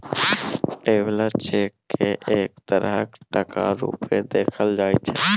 traveller cheque केँ एक तरहक टका रुपेँ देखल जाइ छै